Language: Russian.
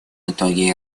итоги